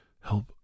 help